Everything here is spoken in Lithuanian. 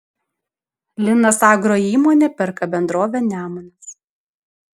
linas agro įmonė perka bendrovę nemunas